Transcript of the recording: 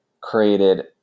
created